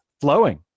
flowing